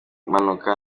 mpanuka